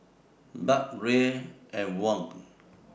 Baht Riel and Won